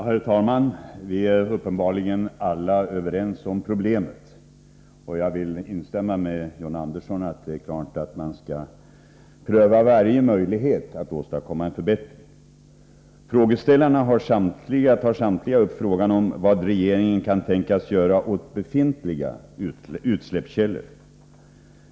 Herr talman! Vi är uppenbarligen alla överens beträffande problemet, och jag vill instämma med John Andersson att det är klart att vi skall pröva varje möjlighet att åstadkomma en förbättring. Frågeställarna tar samtliga upp frågan om vad regeringen kan tänkas göra beträffande befintliga utsläppskällor.